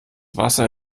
wasser